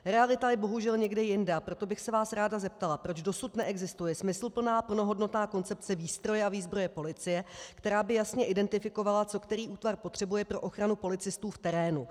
Realita je bohužel někde jinde, a proto bych se vás ráda zeptala, proč dosud neexistuje smysluplná, plnohodnotná koncepce výstroje a výzbroje policie, která by jasně identifikovala, co který útvar potřebuje pro ochranu policistů v terénu.